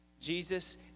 Jesus